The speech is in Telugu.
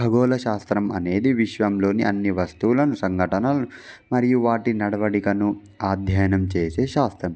భగోళ శాస్త్రం అనేది విశ్వంలోని అన్ని వస్తువులను సంఘటనలు మరియు వాటి నడవడికను అధ్యయనం చేసే శాస్త్రం